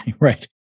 Right